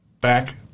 back